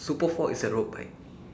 super four is a road bike